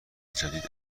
جدید